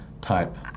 type